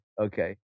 Okay